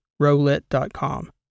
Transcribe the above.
RowLit.com